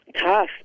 Tough